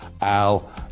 Al